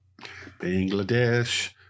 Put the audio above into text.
Bangladesh